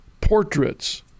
portraits